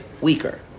weaker